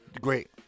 Great